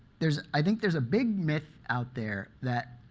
there's i think there's a big myth out there that